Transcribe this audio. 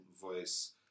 voice